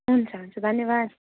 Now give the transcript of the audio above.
हुन्छ हुन्छ धन्यवाद